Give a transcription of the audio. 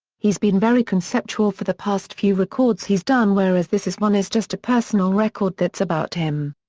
he's been very conceptual for the past few records he's done whereas this is one is just a personal record that's about him.